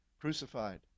crucified